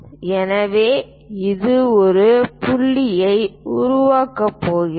எனவே இது ஒரு புள்ளியை உருவாக்கப் போகிறது